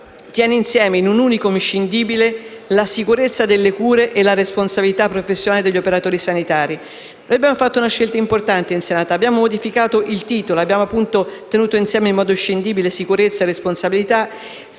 tiene insieme, in un *unicum* inscindibile, la sicurezza delle cure e la responsabilità professionale degli operatori sanitari. Abbiamo fatto una scelta importante in Senato: abbiamo modificato il titolo e abbiamo appunto tenuto insieme in modo inscindibile sicurezza e responsabilità,